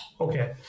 Okay